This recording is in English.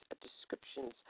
descriptions